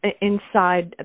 inside